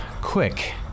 quick